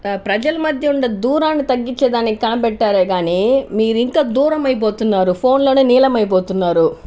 ప్రజల మధ్య ఉండే దూరాన్ని తగ్గించడానికి కనిపెట్టారే కానీ మీరు ఇంకా దూరం అయిపోతున్నారు ఫోన్లోనే లీనమైపోతున్నారు